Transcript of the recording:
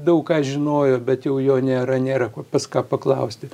daug ką žinojo bet jau jo nėra nėra kur pas ką paklausti